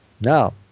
Now